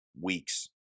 weeks